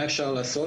מה אפשר לעשות?